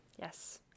yes